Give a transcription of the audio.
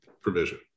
provision